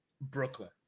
Brooklyn